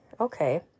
Okay